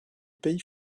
pays